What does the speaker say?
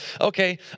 okay